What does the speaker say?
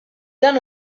dan